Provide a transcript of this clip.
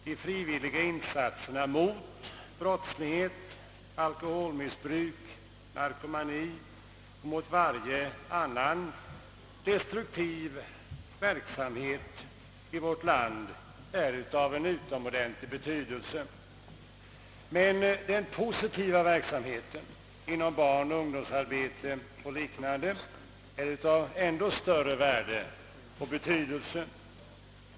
De frivilliga insatserna mot brottslighet, alkoholmissbruk, narkomani och varje annan destruktiv företeelse i vårt land är av utomordentligt stor betydelse. Men den positiva verksamheten inom bl.a. barnoch ungdomsarbetet är av ändå större betydelse.